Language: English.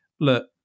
look